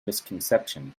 misconception